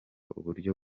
uburyo